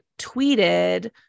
tweeted